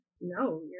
No